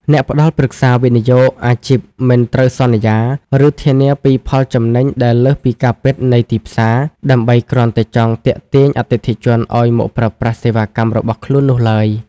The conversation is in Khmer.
អ្នកផ្ដល់ប្រឹក្សាវិនិយោគអាជីពមិនត្រូវសន្យា ឬធានាពីផលចំណេញដែលលើសពីការពិតនៃទីផ្សារ ដើម្បីគ្រាន់តែចង់ទាក់ទាញអតិថិជនឱ្យមកប្រើប្រាស់សេវាកម្មរបស់ខ្លួននោះឡើយ។